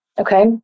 okay